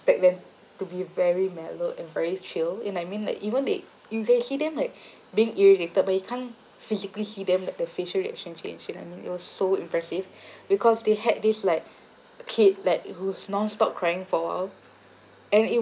expect them to be very mellow and very chill you know what I mean like even they you can see them like being irritated but you can't physically see them like the facial reaction change you know what I mean it was so impressive because they had this like kid like who's nonstop crying for a while and it